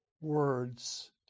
words